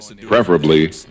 preferably